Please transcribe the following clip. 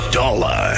dollar